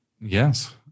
Yes